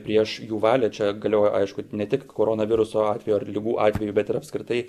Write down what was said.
prieš jų valią čia galioja aišku ne tik koronaviruso atveju ar ligų atveju bet ir apskritai